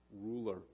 ruler